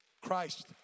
Christ